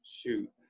shoot